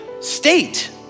state